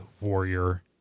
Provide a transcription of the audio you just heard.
Warrior